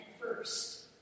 first